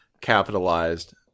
capitalized